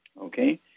Okay